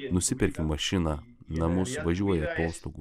nusiperki mašiną namus važiuoji atostogų